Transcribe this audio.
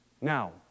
Now